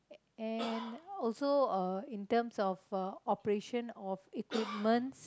and also uh in terms of uh operation of equipments